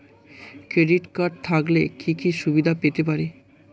Credit card থাকলে কি কি সুবিধা পেতে পারি?